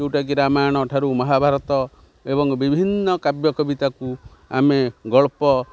ଯେଉଁଟାକି ରାମାୟଣ ଠାରୁ ମହାଭାରତ ଏବଂ ବିଭିନ୍ନ କାବ୍ୟ କବିତାକୁ ଆମେ ଗଳ୍ପ